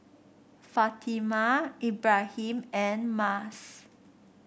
Fatimah Ibrahim and Mas